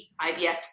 IBS